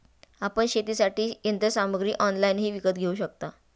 आपण शेतीसाठीची यंत्रसामग्री ऑनलाइनही विकत घेऊ शकता